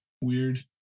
weird